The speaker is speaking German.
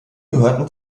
gehörten